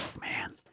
Man